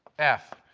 f.